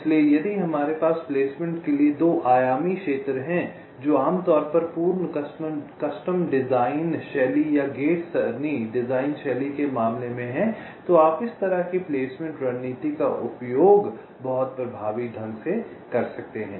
इसलिए यदि हमारे पास प्लेसमेंट के लिए 2 आयामी क्षेत्र है जो आम तौर पर पूर्ण कस्टम डिजाइन शैली या गेट सरणी डिज़ाइन शैली के मामले में है तो आप इस तरह की प्लेसमेंट रणनीति का उपयोग बहुत प्रभावी ढंग से कर सकते हैं